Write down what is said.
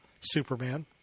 Superman